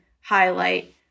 highlight